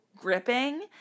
gripping